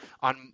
on